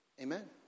Amen